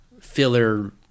filler